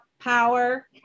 power